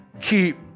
keep